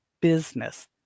business